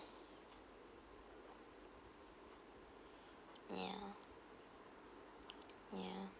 ya ya